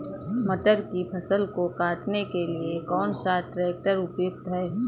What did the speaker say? मटर की फसल को काटने के लिए कौन सा ट्रैक्टर उपयुक्त है?